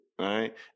right